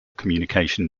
communication